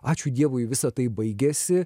ačiū dievui visa tai baigėsi